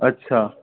अच्छा